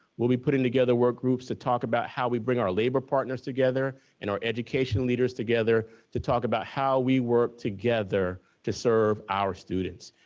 we'll be putting together work groups to talk about how we bring our labor partners together and our education leaders together to talk about how we work together to serve our students.